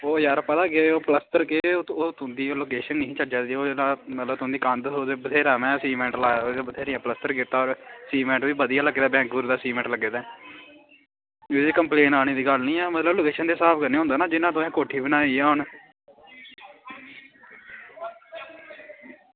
ओह् पता केह् प्लस्तर केह् ओह् तुं'दी लोकेशन निं ही चज्जा दी ते तुंदी कन्ध में बत्हेरा सीमेंट लाया ते बत्हेरा सीमेंट लाया सते बेकुंर दा सीमेंट लग्गे दा कम्पलेन औने दी गल्ल निं ऐ लोकेशन दे स्हाब कन्नै होंदा की जियां कोठी पाई ऐ हून